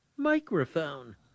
Microphone